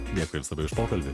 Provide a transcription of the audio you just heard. dėkui jums labai už pokalbį